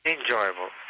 Enjoyable